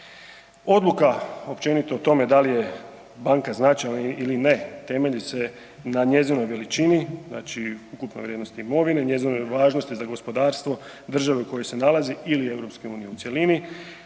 Odluka općenito o tome da li je banka značajna ili ne temelji se na njezinoj veličini, znači ukupno vrijednost imovine, njezinoj važnosti za gospodarstvo države u kojoj se nalazi ili EU u cjelini,